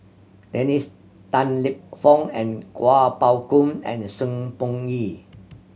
Dennis Tan Lip Fong and Kuo Pao Kun and Sng Choon Yee